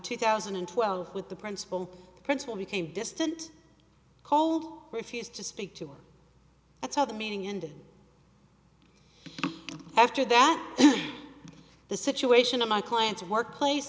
two thousand and twelve with the principal principal became distant cold to speak to that's how the meeting ended after that the situation in my client's workplace